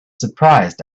surprised